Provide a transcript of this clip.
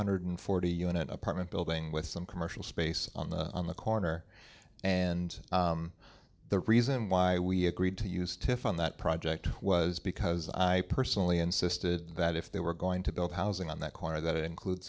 hundred forty unit apartment building with some commercial space on the on the corner and the reason why we agreed to use to fund that project was because i personally insisted that if they were going to build housing on that corner that include